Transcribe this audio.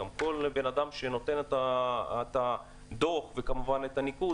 גם כל בן אדם שנותן את הדוח וכמובן את הניקוד,